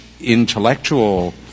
intellectual